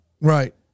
Right